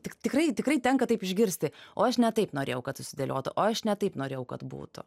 tik tikrai tikrai tenka taip išgirsti o aš ne taip norėjau kad susidėliotų o aš ne taip norėjau kad būtų